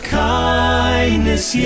kindness